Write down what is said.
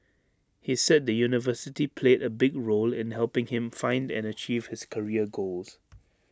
he said the university played A big role in helping him find and achieve his career goals